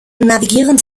navigieren